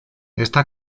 está